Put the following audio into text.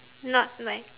not like